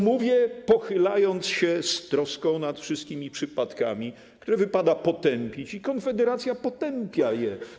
Mówię to, pochylając się z troską nad wszystkimi przypadkami, które wypada potępić, i Konfederacja potępia je.